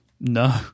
No